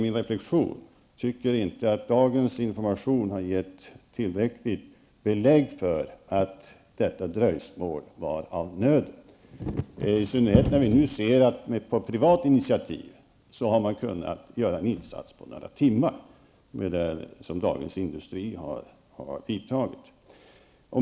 Min reflexion är att dagens information inte har gett tillräckligt belägg för att detta dröjsmål var av nöden, i synnerhet när vi nu ser att man på privat initiativ på några timmar har kunnat göra en insats. Jag tänker på de åtgärder som Dagens Industri har vidtagit.